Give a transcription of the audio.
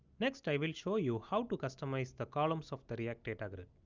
next i will show you how to customize the columns of the react data grid.